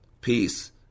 Peace